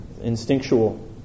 Instinctual